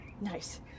nice